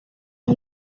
los